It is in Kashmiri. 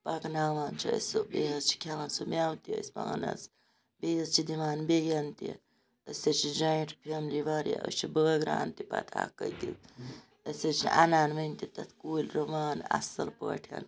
پَکناوان چھِ أسۍ سُہ بیٚیہِ حظ چھِ کھیٚوان سُہ میٚوٕ تہِ أسۍ پانَس بیٚیہِ حظ چھِ دِوان بیٚیَن تہِ أسۍ حظ چھِ جویِنٛٹ فیملی واریاہ أسۍ حظ چھِ بٲگران تہِ پَتہٕ اکھ أکِس أسۍ حظ چھِ اَنان وٕنہِ تہِ تَتھ کُلۍ رُوان اَصل پٲٹھۍ